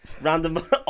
Random